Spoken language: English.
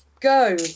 go